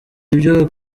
ibyo